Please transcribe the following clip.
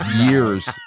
years